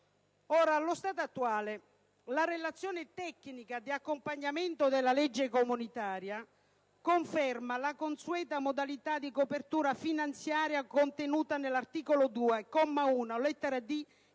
Allo stato attuale, la relazione tecnica di accompagnamento della legge comunitaria conferma la consueta modalità di copertura finanziaria contenuta nell'articolo 2, comma 1,